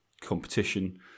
competition